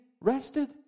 rested